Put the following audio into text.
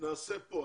נעשה פה.